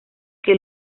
que